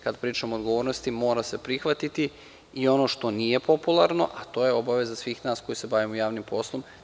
Kada pričam o odgovornosti mora se prihvatiti i ono što nije popularno, a to je obaveza svih nas koji se bavimo javnim poslom.